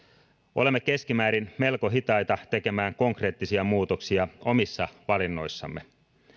olemme keskimäärin melko hitaita tekemään konkreettisia muutoksia omissa valinnoissamme